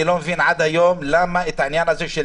אני לא מבין עד היום למה העניין הזה של